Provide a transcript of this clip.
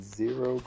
zero